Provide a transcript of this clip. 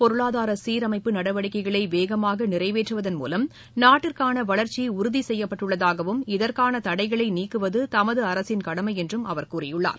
பொருளாதார சீரமைப்பு நடவடிக்கைகளை வேகமாக நிறைவேற்றுவதன் மூலம் நாட்டிற்கான வளர்ச்சி உறுதி செய்யப்பட்டுள்ளதாகவும் இதற்கான தடைகளை நீக்குவது தமது அரசின் கடமை என்றும் அவர் கூறியுள்ளார்